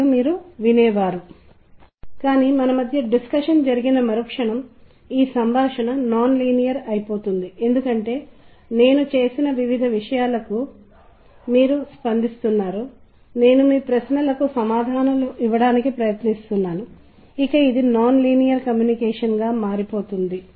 ఇప్పుడు మీరు సంగీతం మరియు మల్టీమీడియా రింగ్టోన్లు మరియు ఇతర సమాచారం గురించి మాట్లాడుతుంటే నేను మీకు ఉదాహరణ ఇచ్చాను పరస్పర ధ్వనులు విషయాల తీవ్రత మరియు నాటకీకరణలో పాత్ర వహిస్తాయి